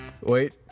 Wait